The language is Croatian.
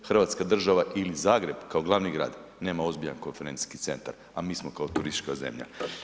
Hrvatska država ili Zagreb kao glavni grad nema ozbiljan konferencijski centar, a mi smo kao turistička zemlja.